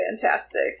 fantastic